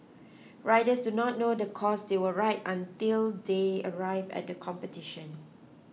riders do not know the course they will ride until they arrive at the competition